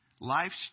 Life's